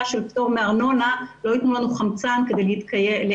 של פטור מארנונה לא ייתנו לנו חמצן כדי לחיות.